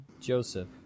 Joseph